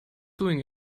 doing